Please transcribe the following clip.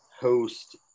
host